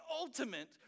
ultimate